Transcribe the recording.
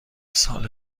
سال